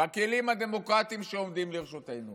בכלים הדמוקרטיים שעומדים לרשותנו